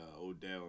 Odell